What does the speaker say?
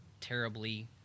terribly